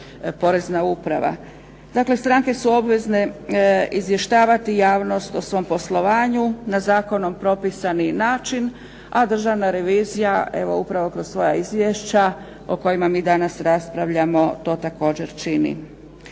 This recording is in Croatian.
Porezna uprava. Dakle, stranke su obvezne izvještavati javnost o svom poslovanju na zakonom propisani način a Državna revizija evo upravo kroz svoja izvješća o kojima mi danas raspravljamo to također čini.